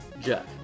Jeff